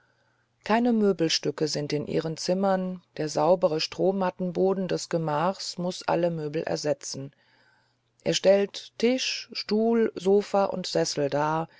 keine möbelstücke sind in ihren zimmern der saubere strohmattenboden des gemaches muß alle möbel ersetzen er stellt tisch stuhl sofa und sessel dar